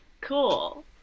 Cool